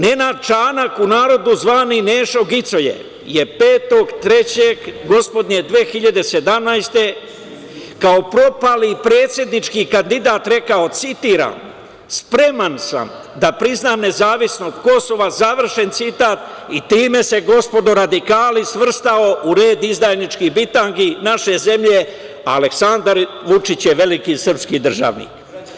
Nenad Čanak, u narodu zvani "Nešo gicoje", je 5. 3. gospodnje 2017, kao propali predsednički kandidat rekao, citiram: "Spreman sam da priznam nezavisnost Kosova", završen citat, i time se, gospodo radikali, svrstao u red izdajničkih bitangi naše zemlje, a Aleksandar Vučić je veliki srpski državnik.